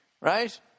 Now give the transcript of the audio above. Right